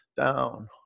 down